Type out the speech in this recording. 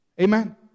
Amen